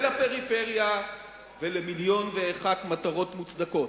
ולפריפריה ולמיליון ואחת מטרות מוצדקות,